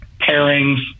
pairings